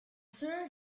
sir